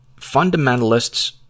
fundamentalists